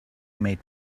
made